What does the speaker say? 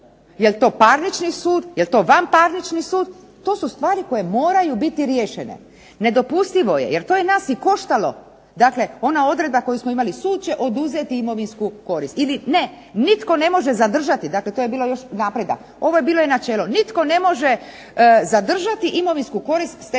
jel' to parnični sud, jel' to vanparnični sud. To su stvari koje moraju biti riješene. Nedopustivo je, jer to je nas i koštalo. Dakle, ona odredba koju smo imali sud će oduzeti imovinsku korist. Ili ne, nitko ne može zadržati. Dakle, to je bio još napredak. Ovo je bilo načelo nitko ne može zadržati imovinsku korist stečenu